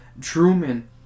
Truman